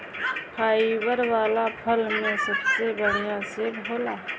fibre वाला फल में सबसे बढ़िया सेव होला